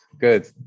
Good